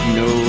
no